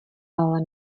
ale